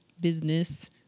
business